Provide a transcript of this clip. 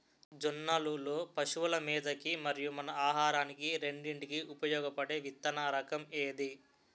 జొన్నలు లో పశువుల మేత కి మరియు మన ఆహారానికి రెండింటికి ఉపయోగపడే విత్తన రకం ఏది?